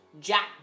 Jack